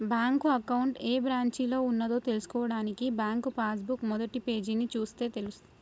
bank account ఏ బ్రాంచిలో ఉన్నదో తెల్సుకోవడానికి బ్యాంకు పాస్ బుక్ మొదటిపేజీని చూస్తే